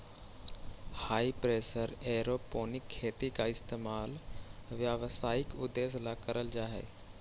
हाई pressure aeroponic खेती का इस्तेमाल व्यावसायिक उद्देश्य ला करल जा हई